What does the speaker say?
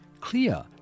clear